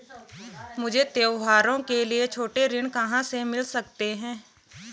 मुझे त्योहारों के लिए छोटे ऋण कहाँ से मिल सकते हैं?